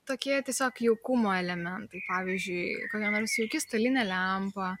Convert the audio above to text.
tokie tiesiog jaukumo elementai pavyzdžiui kokia nors jauki stalinė lempa